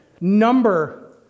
number